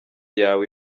yawe